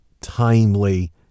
timely